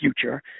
future